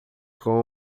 com